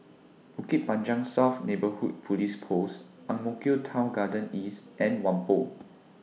Bukit Panjang South Neighbourhood Police Post Ang Mo Kio Town Garden East and Whampoa